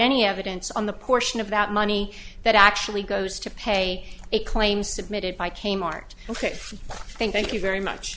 any evidence on the portion of that money that actually goes to pay it claims submitted by k mart thank you very much